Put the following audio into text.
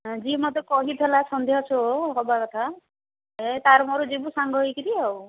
ହଁ ଯିଏ ମୋତେ କହିଥିଲା ସନ୍ଧ୍ୟା ଶୋ ହେବା କଥା ଏ ତା'ର ମୋର ଯିବୁ ସାଙ୍ଗ ହେଇକିରି ଆଉ